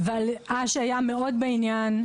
אש היה מאוד בעניין,